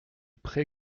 pré